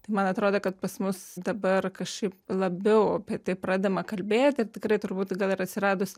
tai man atrodo kad pas mus dabar kažkaip labiau apie tai pradedama kalbėti tikrai turbūt gal ir atsiradus